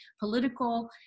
political